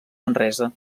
manresa